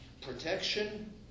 protection